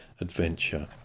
adventure